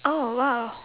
oh !wow!